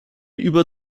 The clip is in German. über